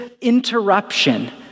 interruption